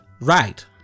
Right